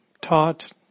taught